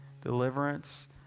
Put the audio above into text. deliverance